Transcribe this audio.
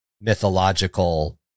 mythological